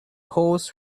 horse